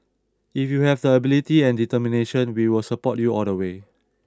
if you have the ability and determination we will support you all the way